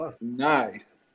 nice